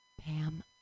Pam